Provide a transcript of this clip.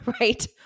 right